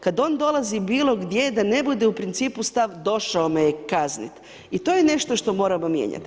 Kad on dolazi bilo gdje da ne bude u principu stav došao me je kazniti i to je nešto što moramo mijenjati.